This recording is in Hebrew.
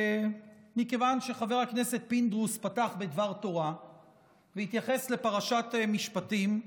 מכיוון שחבר הכנסת פינדרוס פתח בדבר תורה והתייחס לפרשת משפטים,